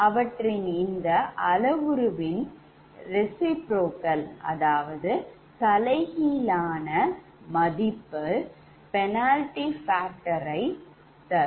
இவற்றின் இந்த அளவுரு ன் reciprocal தலைகீழான மதிப்பீட்டுச் penalty factor ரை தரும்